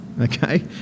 okay